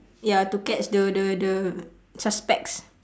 ya to catch the the the suspects